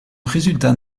résultat